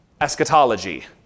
eschatology